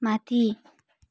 माथि